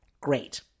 Great